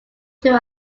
two